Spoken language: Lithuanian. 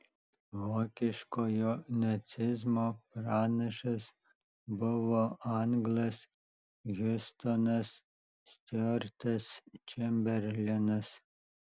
vokiškojo nacizmo pranašas buvo anglas hiustonas stiuartas čemberlenas